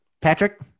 Patrick